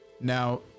Now